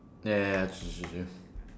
ya ya ya true true true